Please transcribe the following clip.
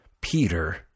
Peter